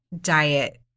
diet